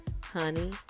honey